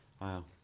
wow